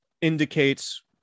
indicates